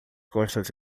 costas